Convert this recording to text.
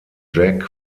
jack